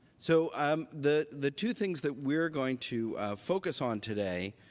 so um the the two things that we're going to focus on today